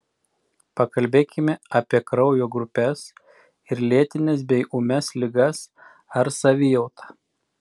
pakalbėkime apie kraujo grupes ir lėtines bei ūmias ligas ar savijautą